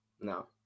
No